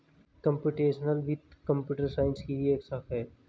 computational वित्त computer science की ही एक शाखा है